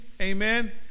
Amen